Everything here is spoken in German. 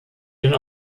den